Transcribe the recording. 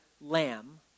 lamb